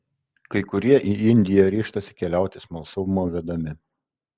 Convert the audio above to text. kai kurie į indiją ryžtasi keliauti smalsumo vedami